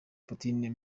putin